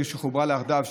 עיר שחוברה לה יחדיו.